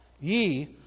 Ye